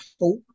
hope